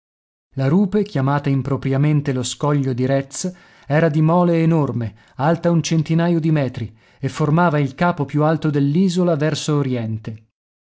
la rupe chiamata impropriamente lo scoglio di retz era di mole enorme alta un centinaio di metri e formava il capo più alto dell'isola verso oriente